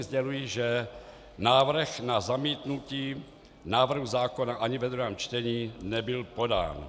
Předně sděluji, že návrh na zamítnutí návrhu zákona ani ve druhém čtení nebyl podán.